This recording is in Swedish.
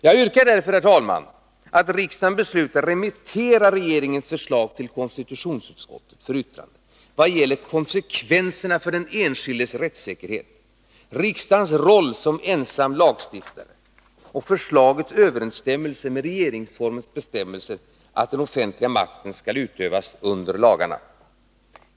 Jag yrkar, herr talman, att riksdagen beslutar remittera regeringens förslag till konstitutionsutskottet för yttrande vad avser konsekvenserna för den enskildes rättssäkerhet, riksdagens roll såsom ensam lagstiftare samt förslagets överensstämmelse med regeringsformens bestämmelser att den offentliga makten skall utövas under lagarna.